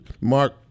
Mark